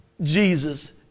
Jesus